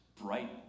bright